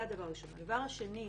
שנית,